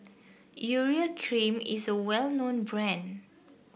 Urea Cream is a well known brand